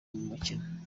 mukino